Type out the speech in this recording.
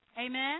Amen